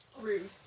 rude